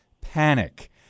Panic